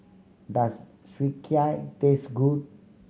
does Sukiyaki taste good